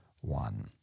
one